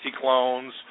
clones